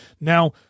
Now